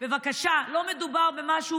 בבקשה, לא מדובר במשהו